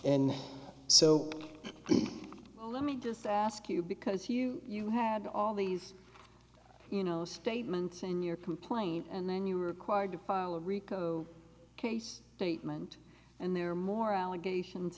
so let me just ask you because you you had all these you know statements in your complaint and then you were required to file a rico case statement and there are more allegations